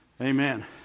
Amen